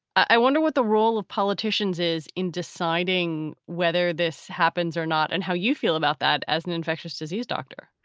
i wonder what the role of politicians is in deciding whether this happens or not and how you feel about that as an infectious disease doctor,